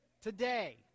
Today